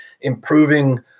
improving